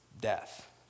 death